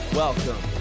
welcome